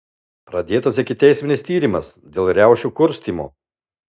pradėtas ikiteisminis tyrimas dėl riaušių kurstymo